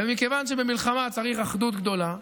ומכיוון שבמלחמה צריך אחדות גדולה,